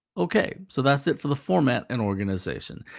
ok, so that's it for the format and organization.